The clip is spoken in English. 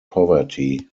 poverty